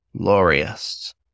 glorious